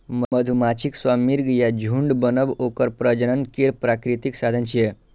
मधुमाछीक स्वार्मिंग या झुंड बनब ओकर प्रजनन केर प्राकृतिक साधन छियै